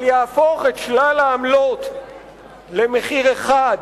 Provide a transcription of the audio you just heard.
אבל יהפוך את שלל העמלות למחיר אחד,